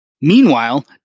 Meanwhile